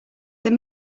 they